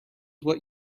what